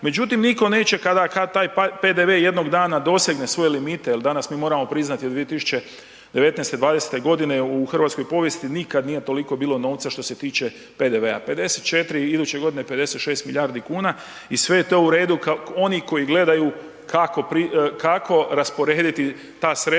Međutim nitko neće kada taj PDV jednog dana dosegne svoje limite jer danas mi moramo priznati od 2019., '20. godine u hrvatskoj povijesti nikad nije toliko bilo novca što se tiče PDV-a 54 iduće godine 56 milijardi kuna u sve je to u redu. Oni koji gledaju kako, kako rasporediti ta sredstva